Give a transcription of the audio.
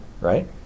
right